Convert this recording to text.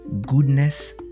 goodness